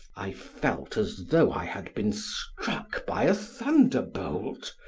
i felt as though i had been struck by a thunderbolt,